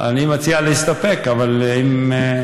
אני מציע להסתפק, אבל אם,